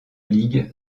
ligue